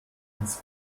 ans